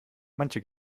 manche